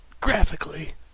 graphically